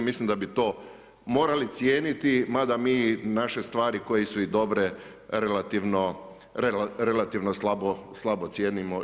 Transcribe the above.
Mislim da bi to morali cijeniti, mada mi naše stvari koje su i dobro relativno slabo cijenimo.